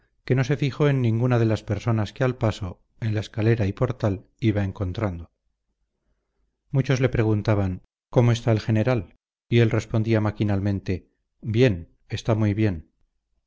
que no se fijó en ninguna de las personas que al paso en la escalera y portal iba encontrando muchos le preguntaban cómo está el general y él respondía maquinalmente bien está muy bien